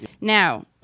Now